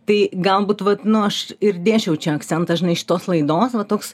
tai galbūt vat nu aš ir dėsčiau čia akcentas žinai šitos laidos va toks